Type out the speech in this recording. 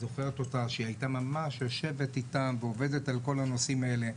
שהייתה ממש יושבת איתם ועובדת על כל הנושאים האלה,